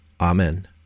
Amen